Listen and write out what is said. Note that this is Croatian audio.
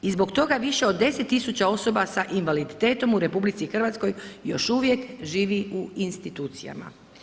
I zbog toga više od 10.000 osoba s invaliditetom u RH još uvijek živi u institucijama.